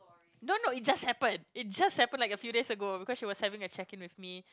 no no it just happened it just happened like a few days ago because she was having a checking with me